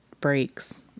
breaks